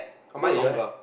no your hand